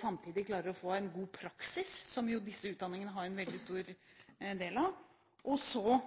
Samtidig skal man også klare å få en god praksis, som jo er en veldig stor del av disse utdanningene, og